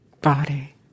body